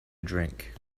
drink